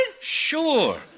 Sure